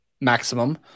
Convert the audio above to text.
maximum